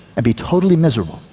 and be totally miserable.